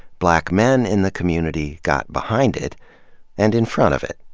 black men in the community got behind it and in front of it.